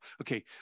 okay